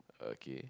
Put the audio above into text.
okay